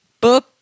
Book